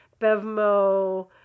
BevMo